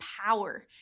power